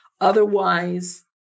Otherwise